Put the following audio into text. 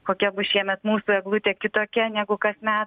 kokia bus šiemet mūsų eglutė kitokia negu kasmet